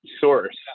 source